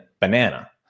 banana